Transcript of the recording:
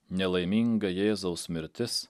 nelaiminga jėzaus mirtis